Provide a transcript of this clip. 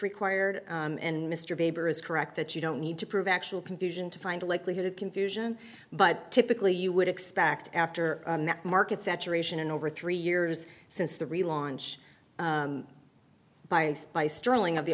required and mr bieber is correct that you don't need to prove actual confusion to find a likelihood of confusion but typically you would expect after market saturation in over three years since the relaunch bias by sterling of the